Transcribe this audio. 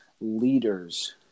leaders